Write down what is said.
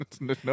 No